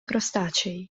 crostacei